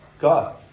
God